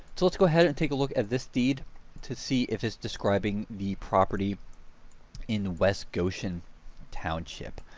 so let's go ahead and take a look at this deed to see if it's describing the property in west goshen township.